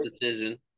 decision